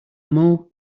mow